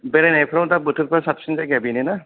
बेरायनायफ्राव दा बोथोरफ्रा साबसिन जायगाया बेनोना